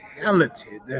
talented